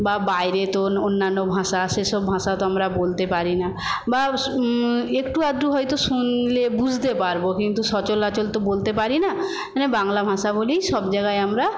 বা বাইরে তো অন্যান্য ভাষা সেসব ভাষা তো আমরা বলতে পারি না বা একটু আধটু হয়তো শুনলে বুঝতে পারবো কিন্তু সচলাচল তো বলতে পারি না বাংলা ভাষা বলি সব জায়গায় আমরা